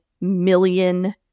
million